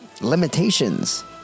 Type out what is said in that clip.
limitations